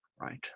right